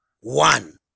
one